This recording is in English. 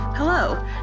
Hello